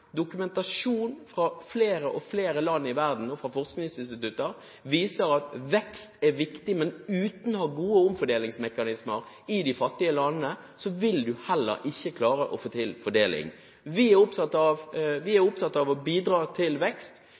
dokumentasjon fra flere og flere land i verden og fra forskningsinstitutter viser at vekst er viktig. Men uten å ha gode omfordelingsmekanismer i de fattige landene, vil vi heller ikke klare å få til fordeling. Vi er opptatt av å bidra til vekst. Vi gjør det ved å